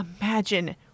imagine